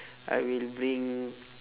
I will bring